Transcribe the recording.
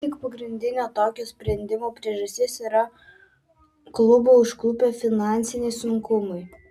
vis tik pagrindinė tokio sprendimo priežastis yra klubą užklupę finansiniai sunkumai